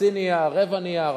חצי נייר, רבע נייר.